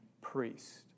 priest